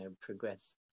progress